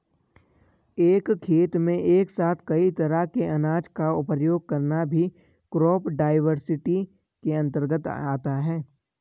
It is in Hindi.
एक खेत में एक साथ कई तरह के अनाज का प्रयोग करना भी क्रॉप डाइवर्सिटी के अंतर्गत आता है